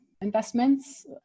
investments